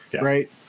right